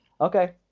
Okay